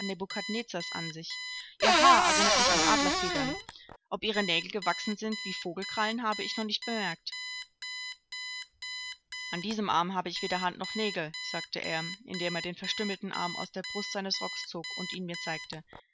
nebukadnezars an sich ihr haar erinnert mich an adlerfedern ob ihre nägel gewachsen sind wie vogelkrallen habe ich noch nicht bemerkt an diesem arm habe ich weder hand noch nägel sagte er indem er den verstümmelten arm aus der brust seines rockes zog und ihn mir zeigte